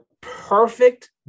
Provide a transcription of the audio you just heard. perfect